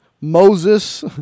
Moses